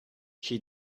she